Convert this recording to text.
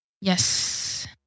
Yes